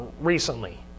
recently